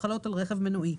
החלות על רכב מנועי.